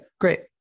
great